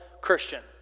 Christian